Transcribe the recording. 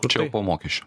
čia jau po mokesčių